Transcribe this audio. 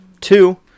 Two